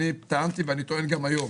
טענתי ואני טוען גם היום,